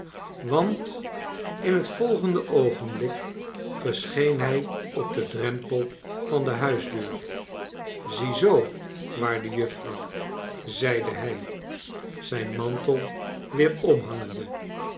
want in het volgende oogenblik verscheen hij op den drempel van de huisdeur ziezoo waarde juffrouw zeide hij zijn mantel weer